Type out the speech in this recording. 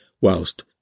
whilst